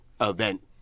event